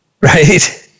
Right